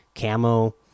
camo